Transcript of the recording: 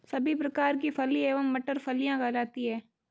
सभी प्रकार की फली एवं मटर फलियां कहलाती हैं